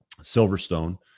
silverstone